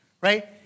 Right